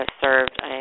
served